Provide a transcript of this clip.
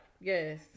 Yes